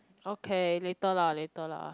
okay later lah later lah